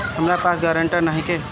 हमरा पास ग्रांटर नइखे?